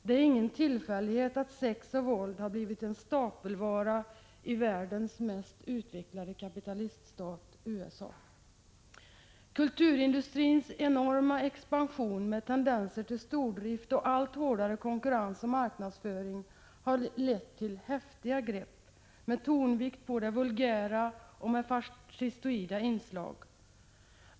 Det är ingen tillfällighet att sex och våld har blivit en stapelvara i världens mest utvecklade kapitaliststat, USA. Kulturindustrins enorma expansion med tendenser till stordrift och en allt hårdare konkurrens och marknadsföring har lett till häftiga grepp, med tonvikt på det vulgära och med fascistiska inslag.